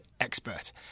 expert